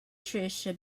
tisha